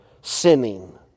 sinning